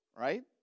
right